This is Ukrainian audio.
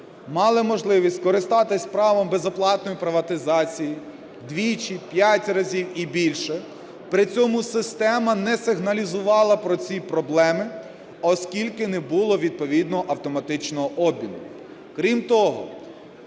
мали можливість користатись правом безоплатної приватизації двічі, п'ять разів і більше, при цьому система не сигналізувала про ці проблеми, оскільки не було відповідно автоматичного обміну. Крім того,